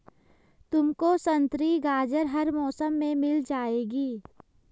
तुमको संतरी गाजर हर मौसम में मिल जाएगी